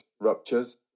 ruptures